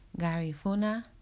Garifuna